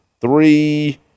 three